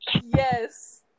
Yes